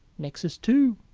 nexus two.